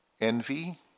envy